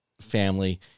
family